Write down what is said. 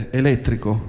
elettrico